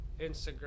instagram